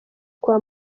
kwa